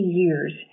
years